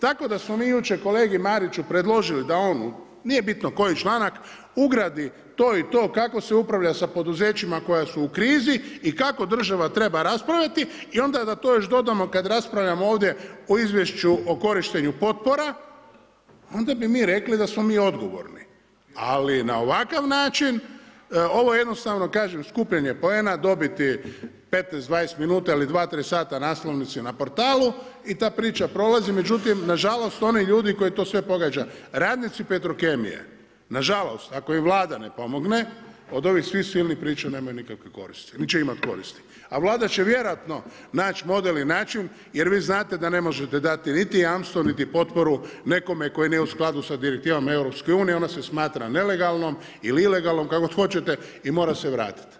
Tako da smo mi jučer kolegi Mariću predložili da, nije bitno koji članak, ugradi to i to, kako se upravlja sa poduzećima koji su u krizi i kako država treba raspravljati i da onda to još dodamo kada raspravljamo ovdje o izvješću o korištenju potpora, onda bi mi rekli da smo mi odgovorni, ali na ovakav način, ovo je jednostavno skupljanje poena, dobiti 15, 20 minuta ili 2, 3 sata na naslovnici na portalu i ta priča prolazi međutim nažalost oni ljudi koje to sve pogađa, radnici Petrokemije, nažalost ako im Vlada ne pomogne, od ovih svih silnih priča nemaju nikakve koristi nit će imati korist a Vlada će vjerojatno naći model i način jer vi znate da ne možete dati niti jamstvo nit potporu nekome tko nije u skladu sa direktivama EU-a, ona se smatram nelegalnom ili ilegalnom, kako god hoćete i mora se vratiti.